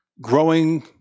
growing